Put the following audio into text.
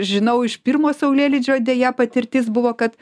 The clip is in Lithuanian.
žinau iš pirmo saulėlydžio deja patirtis buvo kad